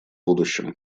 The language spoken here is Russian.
будущем